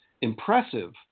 impressive